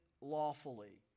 lawfully